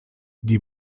die